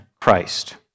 Christ